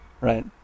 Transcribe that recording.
Right